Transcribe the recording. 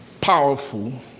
powerful